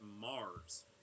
Mars